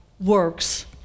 works